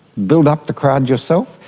build up the crowd yourself?